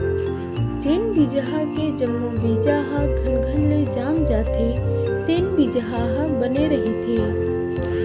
जेन बिजहा के जम्मो बीजा ह घनघन ले जाम जाथे तेन बिजहा ह बने रहिथे